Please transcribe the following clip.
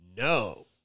No